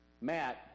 Matt